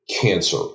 cancer